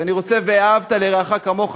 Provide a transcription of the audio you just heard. כי אני רוצה "ואהבת לרעך כמוך",